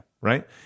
Right